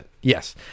Yes